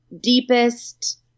deepest